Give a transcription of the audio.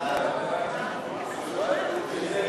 ההצעה